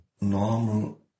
normal